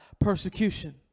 persecution